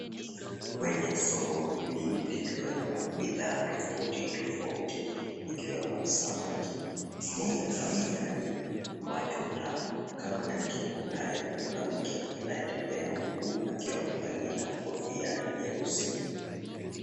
Kwenye soko hili likiwemo bidhaa tofauti tofauti ikiwemo samaki mboga za majani, matunda kando yake kuna mwanamke anayetembea huku akiwa amevalia kofia nyeusi.